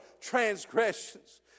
transgressions